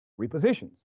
repositions